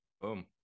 boom